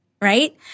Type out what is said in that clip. right